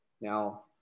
Now